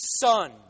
Son